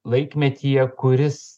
laikmetyje kuris